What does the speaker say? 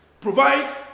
provide